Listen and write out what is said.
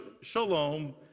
Shalom